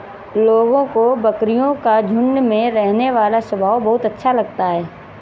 लोगों को बकरियों का झुंड में रहने वाला स्वभाव बहुत अच्छा लगता है